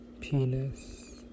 penis